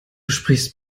sprichst